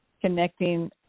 connecting